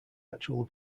actual